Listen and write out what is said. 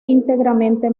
íntegramente